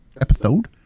episode